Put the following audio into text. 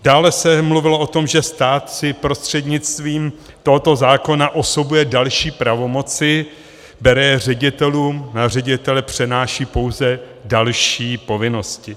Dále se mluvilo o tom, že stát si prostřednictvím tohoto zákona osobuje další pravomoci, bere je ředitelům, na ředitele přenáší pouze další povinnosti.